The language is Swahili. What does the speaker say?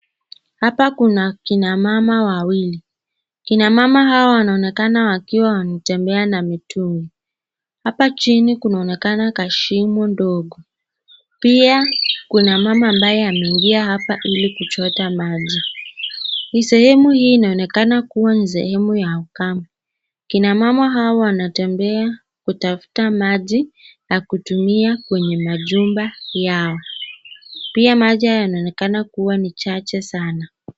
Hapa kuna kina mama wawili. Kina mama hao wanaonekana wakiwa wametembea na mitungi. Hapa chini kunaonekana kuwa na kashimo dogo, pia kuna mama ambaye ameingia hapa ilikuchota maji. Ni sehemu hii inaonekana kuwa sehemu ya ukame. Kina mama hawa wanatembea kutafuta maji ya kutumia kwenye majumba yao, pia maji haya yanaonekana ni chache sana.